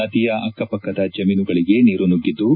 ನದಿಯ ಅಕ್ಕಪಕ್ಕದ ಜಮೀನುಗಳಿಗೆ ನೀರು ನುಗ್ಗಿದ್ದು